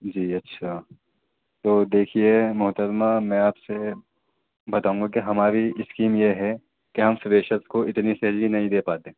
جی اچھا تو دیکھیے محترمہ میں آپ سے بتاؤں گا کہ ہماری اسکیم یہ ہے کہ ہم فریشرس کو اتنی سیلری نہیں دے پاتے